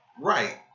Right